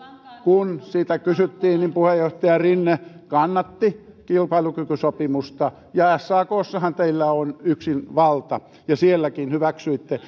kun täällä siitä kysyttiin niin puheenjohtaja rinne kannatti kilpailukykysopimusta ja sakssahan teillä on yksin valta ja sielläkin hyväksyitte